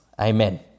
amen